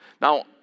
Now